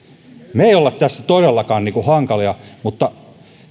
emme ole tässä todellakaan hankalia mutta